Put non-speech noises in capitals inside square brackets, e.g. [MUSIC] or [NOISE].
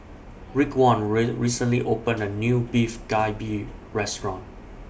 Raekwon [UNINTELLIGIBLE] recently opened A New Beef Galbi Restaurant